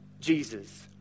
Jesus